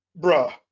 bruh